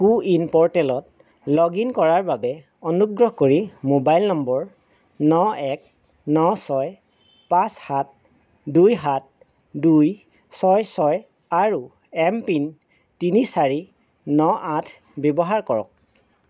কো win প'ৰ্টেলত log in কৰাৰ বাবে অনুগ্ৰহ কৰি মোবাইল নম্বৰ ন এক ন ছয় পাঁচ সাত দুই সাত দুই ছয় ছয় আৰু এম পিন তিনি চাৰি ন আঠ ব্যৱহাৰ কৰক